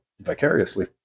vicariously